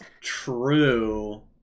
True